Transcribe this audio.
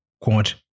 Quote